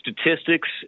statistics